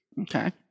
Okay